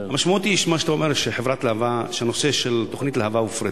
המשמעות של מה שאתה אומר היא שתוכנית להב"ה הופרטה.